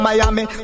Miami